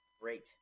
Great